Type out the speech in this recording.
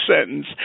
sentence